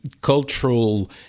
cultural